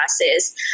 classes